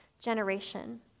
generation